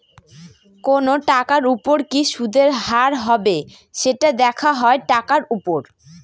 কোনো টাকার উপর কি সুদের হার হবে, সেটা দেখা হয় টাকার উপর